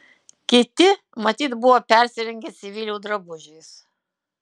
kiti matyt buvo persirengę civilių drabužiais